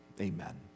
Amen